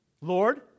lord